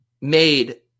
made